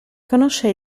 conosce